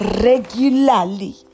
regularly